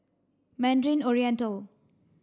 Mandarin Oriental